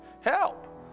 Help